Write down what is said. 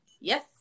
Yes